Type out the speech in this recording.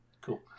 Cool